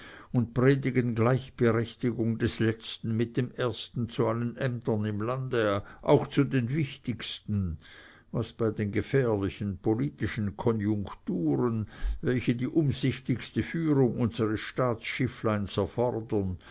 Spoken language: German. und predigen gleichberechtigung des letzten mit dem ersten zu allen ämtern im lande auch zu den wichtigsten was bei den gefährlichen politischen konjunkturen welche die umsichtigste führung unsers staatsschiffleins erfordern